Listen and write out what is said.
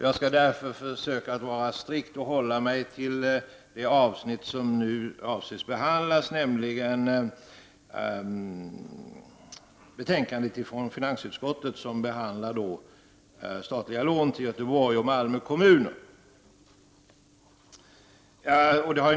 Jag skall därför försöka att hålla mig strikt till det avsnitt som avses bli behandlat, nämligen det betänkande från finansutskottet i vilket statliga lån till Göteborg och Malmö kommuner behandlas.